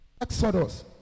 Exodus